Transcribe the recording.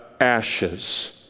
ashes